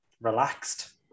relaxed